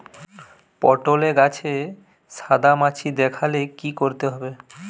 পটলে গাছে সাদা মাছি দেখালে কি করতে হবে?